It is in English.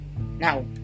now